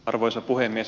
arvoisa puhemies